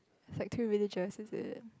it's like two villages is it